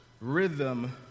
rhythm